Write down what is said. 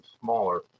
smaller